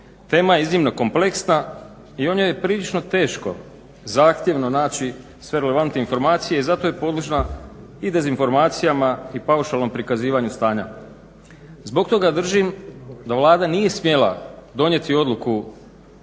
Tema je iznimno kompleksna i o njoj je prilično teško, zahtjevno naći sve relevantne informacije i zato je podložna i dezinformacijama i paušalnom prikazivanju stanja. Zbog toga držim da Vlada nije smjela donijeti odluku